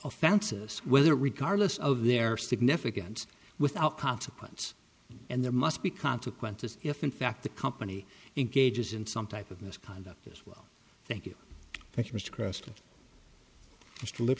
offenses whether regardless of their significance without consequence and there must be consequences if in fact the company engages in some type of misconduct as well thank you